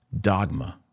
Dogma